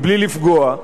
בלי לפגוע,